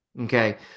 Okay